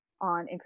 on